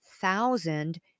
thousand